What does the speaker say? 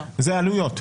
זה עלויות.